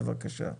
בבקשה.